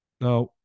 Now